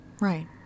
right